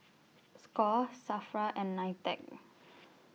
SCORE SAFRA and NITEC